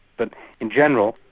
but in general,